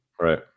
Right